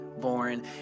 born